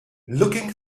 looking